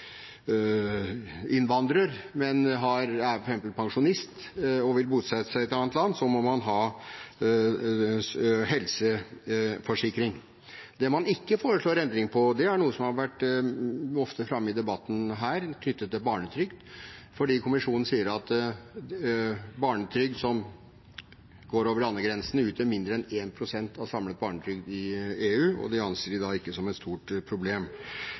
arbeidsinnvandrer, men f.eks. pensjonist, og vil bosette seg i et annet land, må man ha helseforsikring. Det man ikke foreslår endring på, og som ofte har vært framme i debatten her, er barnetrygd, fordi kommisjonen sier at barnetrygd som går over landegrensene, utgjør mindre enn 1 pst. av samlet barnetrygd i EU, og det anser de da ikke som et stort problem.